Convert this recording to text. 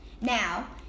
Now